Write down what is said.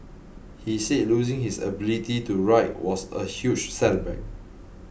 he said losing his ability to write was a huge setback